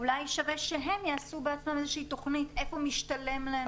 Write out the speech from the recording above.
אולי שווה שהם יעשו בעצמם איזושהי תוכנית היכן משתלם להם.